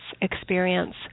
experience